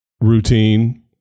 routine